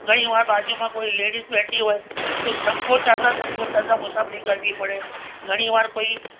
ઘણી વાર બાજુમાં કોઈ લેડીઝ બેઠી હોય તો સંકોચાતા સંકોચાતા મુસાફરી કરવી પડે ઘણી વાર કોઈ